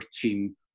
team